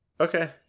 Okay